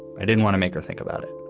i didn't want to make her think about it